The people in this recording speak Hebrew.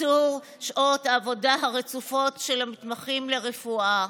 בקיצור שעות העבודה הרצופות של המתמחים הרפואה,